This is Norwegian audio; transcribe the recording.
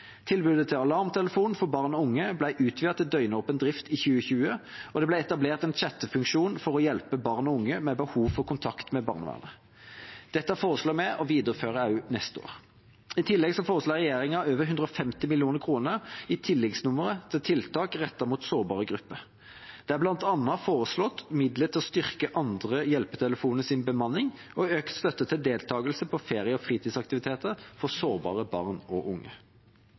Tilbudet til Alarmtelefonen for barn og unge ble utvidet til døgnåpen drift i 2020, og det ble etablert en chatte-funksjon for å hjelpe barn og unge med behov for kontakt med barnevernet. Dette foreslår vi å videreføre også neste år. I tillegg foreslår regjeringa over 150 mill. kr i tilleggsnummeret til tiltak rettet mot sårbare grupper. Det er bl.a. foreslått midler til å styrke andre hjelpetelefoners bemanning og økt støtte til deltakelse på ferie- og fritidsaktiviteter for sårbare barn og unge.